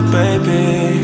baby